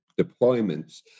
deployments